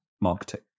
marketing